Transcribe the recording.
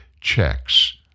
checks